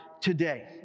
today